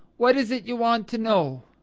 what is it you want to know?